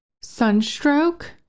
Sunstroke